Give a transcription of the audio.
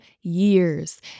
years